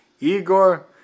Igor